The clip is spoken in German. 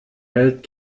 held